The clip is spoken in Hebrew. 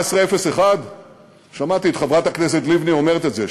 ב-1701 שמעתי את חברת הכנסת לבני אומרת את זה,